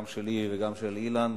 גם שלי וגם של אילן,